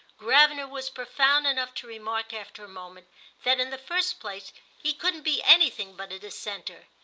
gravener was profound enough to remark after a moment that in the first place he couldn't be anything but a dissenter,